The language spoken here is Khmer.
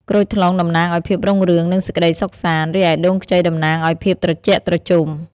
ក្រូចថ្លុងតំណាងឲ្យភាពរុងរឿង និងសេចក្តីសុខសាន្ត រីឯដូងខ្ចីតំណាងឲ្យភាពត្រជាក់ត្រជុំ។